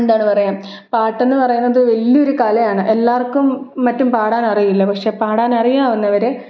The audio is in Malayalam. എന്താണ് പറയുക പാട്ടെന്ന് പറയുന്നത് വലിയൊരു കലയാണ് എല്ലാവർക്കും മറ്റും പാടാനറിയില്ല പക്ഷെ പാടാൻ അറിയാവുന്നവര്